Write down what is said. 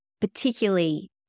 particularly